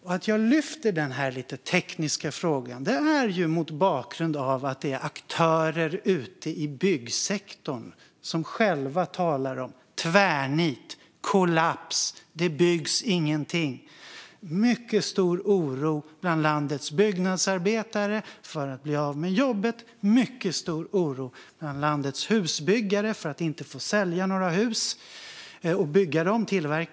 Att jag lyfter fram denna lite tekniska fråga är mot bakgrund av att det är aktörer ute i byggsektorn som själva talar om tvärnit och kollaps och att det inte byggs någonting. Det finns en mycket stor oro bland landets byggnadsarbetare för att bli av med jobbet. Det finns en mycket stor oro bland landets husbyggare för att inte få sälja några hus, och tillverka och bygga dem.